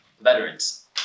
veterans